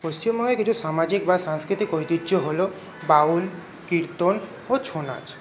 পশ্চিমবঙ্গের কিছু সামাজিক বা সাংস্কৃতিক ঐতিহ্য হল বাউল কীর্তন ও ছৌ নাচ